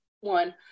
one